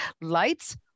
lights